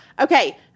okay